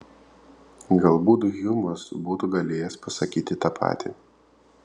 galbūt hjumas būtų galėjęs pasakyti tą patį